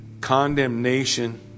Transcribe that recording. condemnation